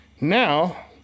Now